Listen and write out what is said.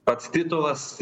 pats titulas